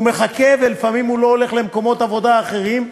הוא מחכה, ולפעמים לא הולך למקומות עבודה אחרים.